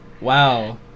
wow